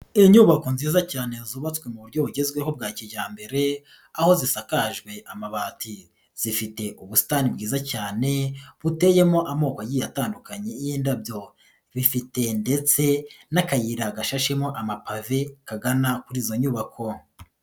Inyubako nziza cyane zubatswe mu buryo bugezweho bwa kijyambere, aho zisakajwe amabati. Zifite ubusitani bwiza cyane, buteye amomoko agiye atandukanye y'indabyo. Bifite ndetse n'akayira gashashemo amapave, kagana kuri izo nyubako.